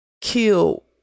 kill